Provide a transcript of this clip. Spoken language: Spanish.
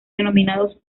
denominados